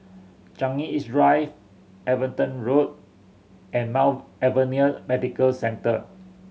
Changi East Drive Everton Road and Mount Alvernia Medical Centre